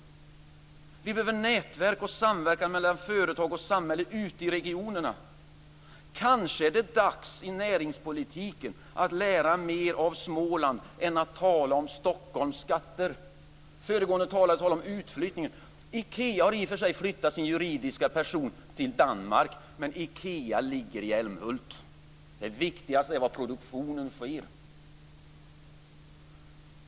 Vi behöver nätverk och samverkan mellan företag och samhälle ute i regionerna. Kanske är det dags i näringspolitiken att lära mer av Småland än att tala om Stockholms skatter. Föregående talare tog upp utflyttningen. Ikea har i och för sig flyttat sin juridiska person till Danmark, men Ikea ligger i Älmhult. Det viktigaste är var produktionen sker.